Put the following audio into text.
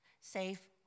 safe